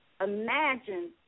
Imagine